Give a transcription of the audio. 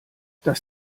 das